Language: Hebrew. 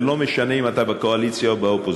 ולא משנה אם אתה בקואליציה או באופוזיציה,